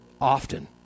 often